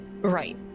Right